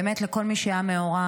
באמת לכל מי שהיה מעורב,